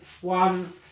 one